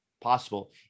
possible